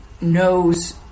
knows